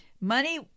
Money